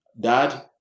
Dad